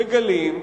מגלים,